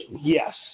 yes